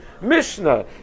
Mishnah